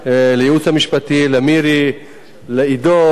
לייעוץ המשפטי, למירי, לעידו,